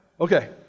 Okay